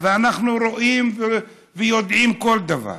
ואנחנו רואים ויודעים כל דבר,